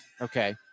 okay